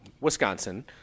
Wisconsin